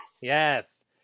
Yes